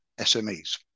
SMEs